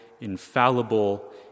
infallible